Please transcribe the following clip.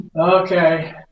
Okay